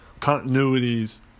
continuities